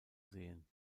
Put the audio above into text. sehen